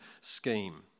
scheme